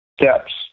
steps